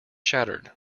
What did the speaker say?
shattered